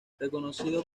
reconocido